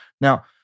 Now